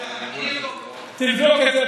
אני אבדוק, תבדוק את זה.